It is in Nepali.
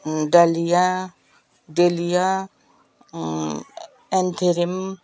डालिया डेलिया एन्थेरेम